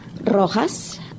Rojas